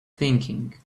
thinking